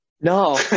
no